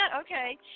okay